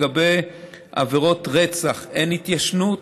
לגבי עבירות רצח אין התיישנות,